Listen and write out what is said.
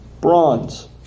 bronze